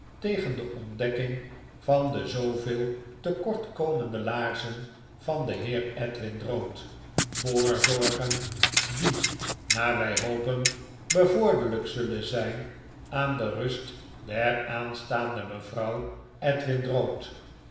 tegen de ontdekking van de zooveel tekortkomende laarzen van den heer edwin drood voorzorgen die naar wy hopen bevorderlyk zullen zyn aan de rust der aanstaande mevrouw edwin drood